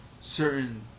certain